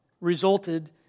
resulted